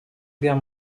guerre